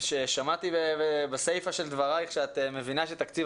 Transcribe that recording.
שמעתי בסיפא של דברייך שאת מבינה שתקציב